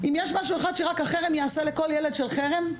אם יש משהו אחד שרק החרם יעשה לכל ילד של חרם,